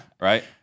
right